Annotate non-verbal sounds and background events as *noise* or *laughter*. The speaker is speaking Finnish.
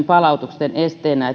*unintelligible* palautusten esteenä *unintelligible*